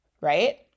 right